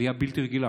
עלייה בלתי רגילה.